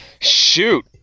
Shoot